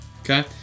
Okay